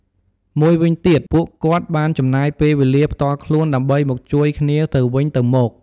មួយវិញទៀតពួកគាត់បានចំណាយពេលវេលាផ្ទាល់ខ្លួនដើម្បីមកជួយគ្នាទៅវិញទៅមក។